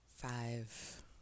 Five